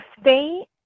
state